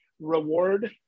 reward